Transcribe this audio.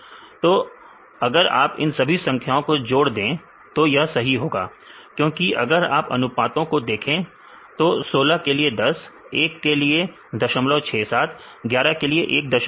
तो अगर आप इन सभी संख्याओं को जोड़ दें तो यह सही होगा क्योंकि अगर आप अनुपातों को देखें तो 16 के लिए 10 1 के लिए 067 11 के लिए 138